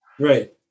Right